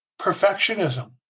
Perfectionism